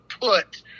put